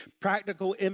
practical